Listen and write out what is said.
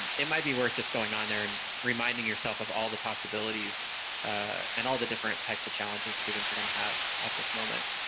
and it might be worth just going on there, and reminding yourself of all the possibilities and all the different types of challenges students are going to have at this moment.